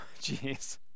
jeez